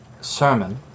sermon